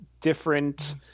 different